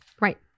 Right